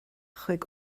chuig